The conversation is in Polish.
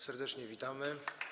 Serdecznie witamy.